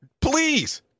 please